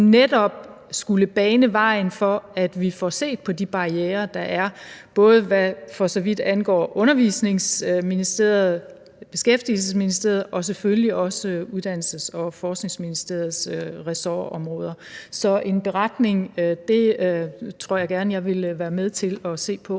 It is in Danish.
netop skulle bane vejen for, at vi får set på de barrierer, der er, både for så vidt angår Børne- og Undervisningsministeriets, Beskæftigelsesministeriets og selvfølgelig også Uddannelses- og Forskningsministeriets ressortområde. Så en beretning tror jeg gerne jeg vil være med til at se på